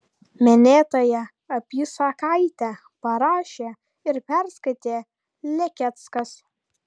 minėtąją apysakaitę parašė ir perskaitė lekeckas